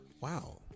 Wow